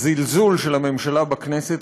הזלזול של הממשלה בכנסת,